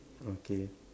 okay